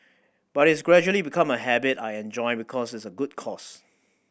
but it's gradually become a habit I enjoy because it's a good cause